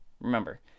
Remember